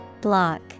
Block